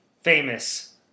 famous